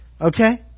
Okay